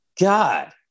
God